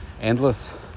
endless